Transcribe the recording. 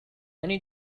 many